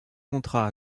contrat